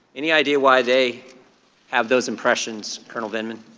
any idea why they have those impressions, col. vindman?